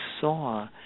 saw